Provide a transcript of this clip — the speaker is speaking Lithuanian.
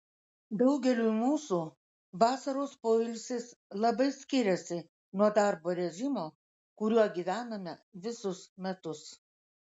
daugeliui mūsų vasaros poilsis labai skiriasi nuo darbo režimo kuriuo gyvename visus metus